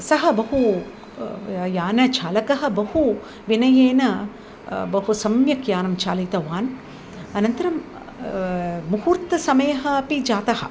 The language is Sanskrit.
सः बहु यानचालकः बहु विनयेन बहु सम्यक् यानं चालितवान् अनन्तरं मुहूर्तसमयः अपि जातः